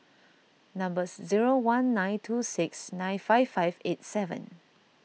numbers zero one nine two six nine five five eight seven